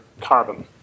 carbon